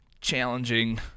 challenging